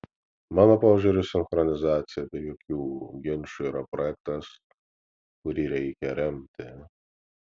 mano požiūriu sinchronizacija be jokių ginčų yra projektas kurį reikia remti